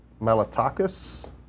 Malatakis